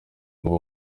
kuva